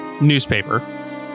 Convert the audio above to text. newspaper